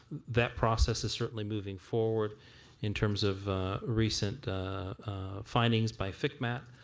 that process is certainly moving forward in terms of recent findings by fcmat